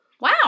wow